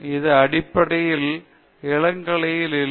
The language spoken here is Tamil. இது அடிப்படையில் பல இளங்கலைகளில் இல்லை